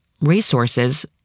resources